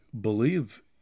believe